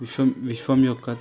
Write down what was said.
విశ్వం విశ్వం యొక్క